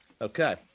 Okay